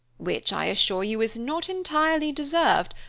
which, i assure you, is not entirely deserved,